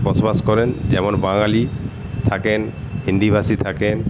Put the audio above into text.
বসবাস করেন যেমন বাঙালি থাকেন হিন্দিভাষী থাকেন